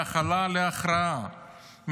מהכלה להכרעה,